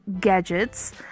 gadgets